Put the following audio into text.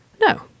No